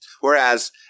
Whereas